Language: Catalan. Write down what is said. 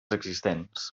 existents